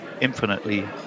infinitely